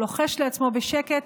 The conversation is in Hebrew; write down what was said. הוא לוחש לעצמו בשקט,